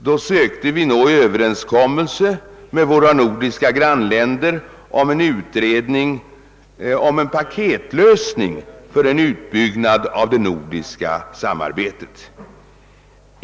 Då sökte vi nå överenskommelse med våra nordiska grannländer om en paketlösning för utbyggnad av det nordiska samarbetet.